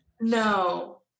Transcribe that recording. No